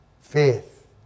faith